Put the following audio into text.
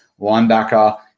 linebacker